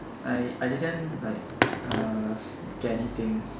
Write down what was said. I I didn't like uh get anything